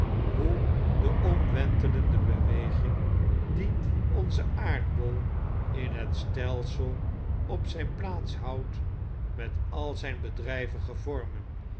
hoe de omwentelende beweging die onze aardbol in het stelsel op zyn plaats houdt met al zyn